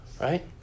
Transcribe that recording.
Right